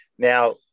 Now